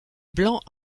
blanc